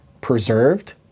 preserved